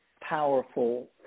powerful